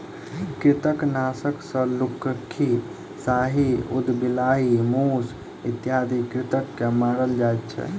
कृंतकनाशक सॅ लुक्खी, साही, उदबिलाइ, मूस इत्यादि कृंतक के मारल जाइत छै